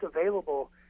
available